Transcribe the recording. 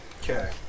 Okay